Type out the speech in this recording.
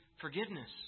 forgiveness